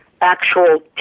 actual